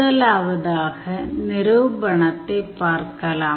முதலாவதாக நிரூபணத்தைப் பார்க்கலாம்